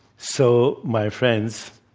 so, my friends,